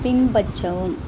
பின்பற்றவும்